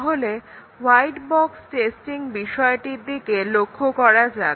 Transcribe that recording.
তাহলে white box testing বিষয়টির দিকে লক্ষ্য করা যাক